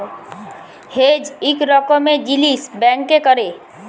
hedge ইক রকমের জিলিস ব্যাংকে ক্যরে